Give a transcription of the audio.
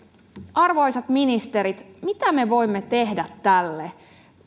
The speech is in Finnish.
arvoisat ministerit mitä me voimme tehdä tälle